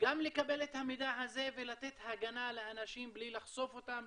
גם לקבל את המידע הזה ולתת הגנה לאנשים בלי לחשוף אותם,